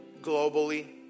globally